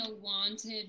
wanted